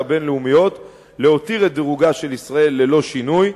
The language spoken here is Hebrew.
הבין-לאומיות להותיר את דירוגה של ישראל ללא שינוי,